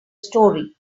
story